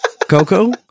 Coco